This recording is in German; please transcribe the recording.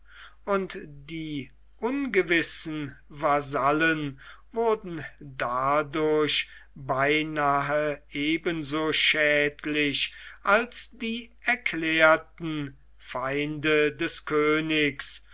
und die ungewissen vasallen wurden dadurch beinahe eben so schädlich als die erklärten feinde des königs